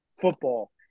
football